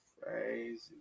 Crazy